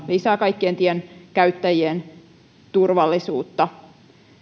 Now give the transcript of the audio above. lisää kaikkien tienkäyttäjien turvallisuutta